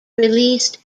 released